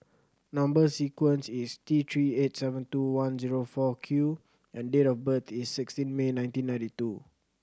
number sequence is T Three eight seven two one zero four Q and date of birth is sixteen May nineteen ninety two